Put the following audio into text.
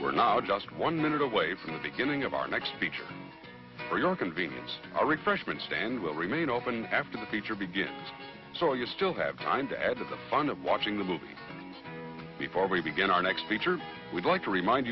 we're now just one minute away from the beginning of our next speech or for your convenience a refreshment stand will remain open after the feature begins so you still have time to add to the fun of watching the movie before we begin our next feature we'd like to remind